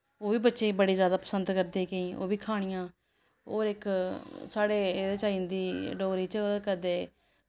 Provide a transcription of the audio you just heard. ओह् बी बच्चे बड़ी ज्यादा पसंद करदे केईं ओह् बी खानियां होर इक साढ़े एह्दे च आई जंदी डोगरी च ओह् करदे